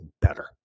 better